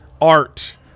art